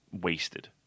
wasted